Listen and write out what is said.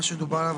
מה שדובר עליו,